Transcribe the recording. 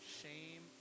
shame